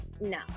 no